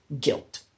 guilt